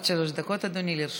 עד שלוש דקות, אדוני, לרשותך.